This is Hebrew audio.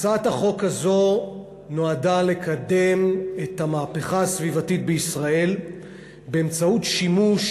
הצעת החוק הזאת נועדה לקדם את המהפכה הסביבתית בישראל באמצעות שימוש